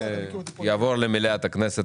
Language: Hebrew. ויעבור למליאת הכנסת.